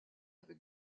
avec